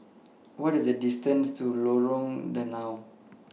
What IS The distances to Lorong Danau